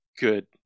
good